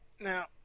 Now